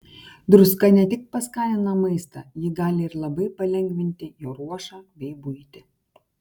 druska ne tik paskanina maistą ji gali ir labai palengvinti jo ruošą bei buitį